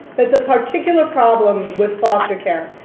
there's a particular problem with foster care.